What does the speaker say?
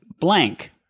blank